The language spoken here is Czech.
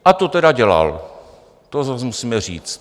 A to tedy dělal, to zas musíme říct.